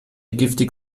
giftig